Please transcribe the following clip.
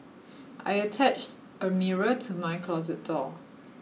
I attached a mirror to my closet door